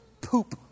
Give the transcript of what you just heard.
poop